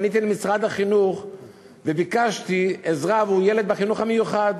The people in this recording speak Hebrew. פניתי למשרד החינוך וביקשתי עזרה עבור ילד בחינוך המיוחד.